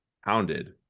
hounded